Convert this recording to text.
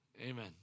Amen